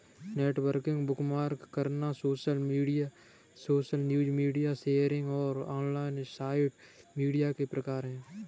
networking, bookmark करना, social news, media sharing और online site media के प्रकार हैं